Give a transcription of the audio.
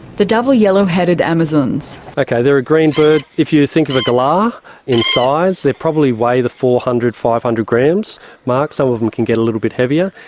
the double yellow-headed amazons. ok, they're a green bird. if you think of a galah in size, they probably weigh the four hundred, five hundred grams mark some so of them can get a little bit heavier.